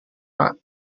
pak